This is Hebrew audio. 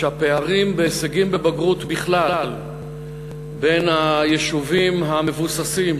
שהפער בהישגים בבגרות בכלל בין היישובים המבוססים